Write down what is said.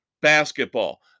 basketball